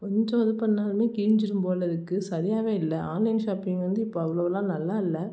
கொஞ்சம் இது பண்ணாலுமே கிழிஞ்சிடும் போலிருக்கு சரியாகவே இல்லை ஆன்லைன் ஷாப்பிங் வந்து இப்போ அவ்வளோலாம் நல்லாயில்லை